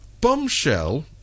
Bombshell